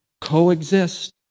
coexist